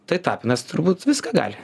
tai tapinas turbūt viską gali